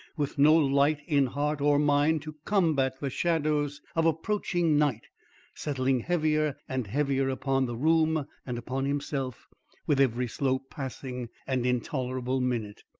with no light in heart or mind to combat the shadows of approaching night settling heavier and heavier upon the room and upon himself with every slow passing and intolerable minute.